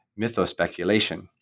mythospeculation